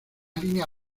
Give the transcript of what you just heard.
línea